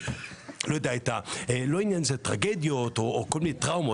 במובן שמה שהיא משדרת ליהודים בכל העולם,